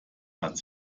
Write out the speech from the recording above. hat